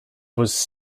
was